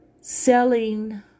Selling